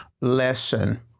lesson